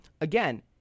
again